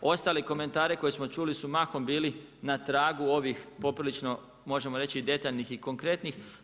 Ostale komentare koje smo čuli su mahom bili na tragu ovih poprilično možemo reći detaljnih i konkretnih.